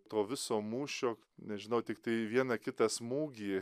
to viso mūšio nežinau tiktai vieną kitą smūgį